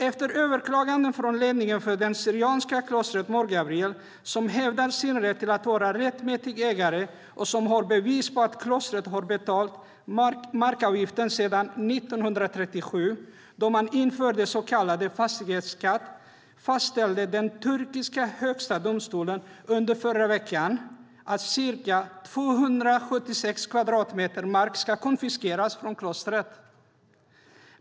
Efter överklaganden från ledningen för klostret, som hävdar att man är rättmätiga ägare och som har bevis på att klostret har betalt markavgift sedan 1937, då man införde så kallad fastighetskatt, fastställde den turkiska högsta domstolen under förra veckan att ca 276 000 kvadratmeter mark ska konfiskeras från klostret.